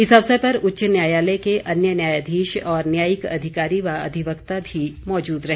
इस अवसर पर उच्च न्यायालय के अन्य न्यायाधीश और न्यायिक अधिकारी व अधिवक्ता भी मौजूद रहे